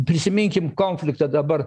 prisiminkim konfliktą dabar